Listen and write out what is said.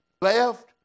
Left